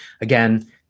again